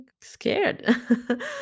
scared